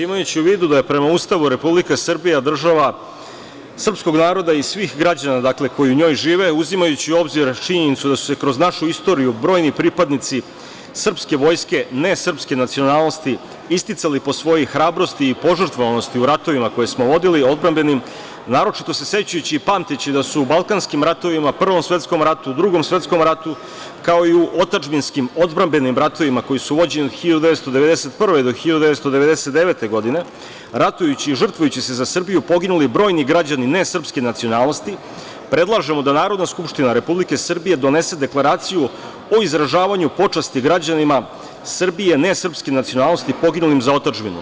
Imajući u vidu da je prema Ustavu Republika Srbija država srpskog naroda i svih građana koji u njoj žive, uzimajući u obzir činjenicu da su se kroz našu istoriju brojni pripadnici srpske vojske nesrpske nacionalnosti, isticali po svojoj hrabrosti i požrtvovanosti u ratovima koje smo vodili, odbrambenim, naročito se sećajući i pamteći da su u Balkanskim ratovima, Prvom svetskom ratu, Drugom svetskom ratu, kao i u otadžbinskim odbrambenim ratovima, koji su vođeni od 1991. do 1999. godine, ratujući i žrtvujući se za Srbiju poginuli brojni građani nesrpske nacionalnosti, predlažemo da Narodna skupština Republike Srbije donese deklaraciju o izražavanju počasti građanima Srbije, nesrpske nacionalnosti poginulim za otadžbinu.